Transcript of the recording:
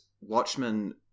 Watchmen